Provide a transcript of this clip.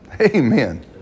Amen